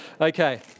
Okay